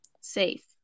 Safe